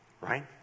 Right